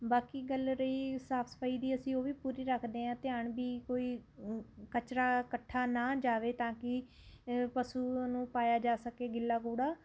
ਬਾਕੀ ਗੱਲ ਰਹੀ ਸਾਫ ਸਫਾਈ ਦੀ ਅਸੀਂ ਉਹ ਵੀ ਪੂਰੀ ਰੱਖਦੇ ਹਾਂ ਧਿਆਨ ਵੀ ਕੋਈ ਕਚਰਾ ਇਕੱਠਾ ਨਾ ਜਾਵੇ ਤਾਂ ਕਿ ਪਸ਼ੂ ਨੂੰ ਪਾਇਆ ਜਾ ਸਕੇ ਗਿੱਲਾ ਕੂੜਾ